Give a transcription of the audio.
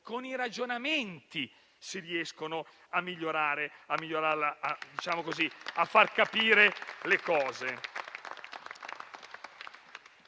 con i ragionamenti si riesce a far capire le cose.